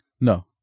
No